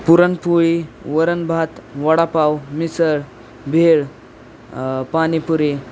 पुरणपोळी वरण भात वडापाव मिसळ भेळ पाणीपुरी